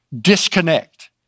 disconnect